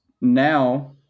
now